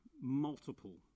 multiple